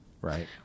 Right